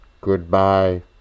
Goodbye